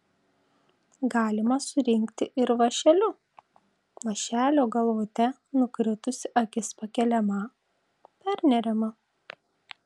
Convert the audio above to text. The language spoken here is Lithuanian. galima surinkti ir vąšeliu vąšelio galvute nukritusi akis pakeliama perneriama